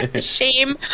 Shame